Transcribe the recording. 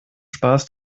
spaß